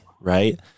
right